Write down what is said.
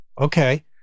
Okay